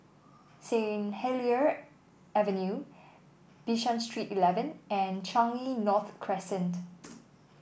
Saint Helier Avenue Bishan Street Eleven and Changi North Crescent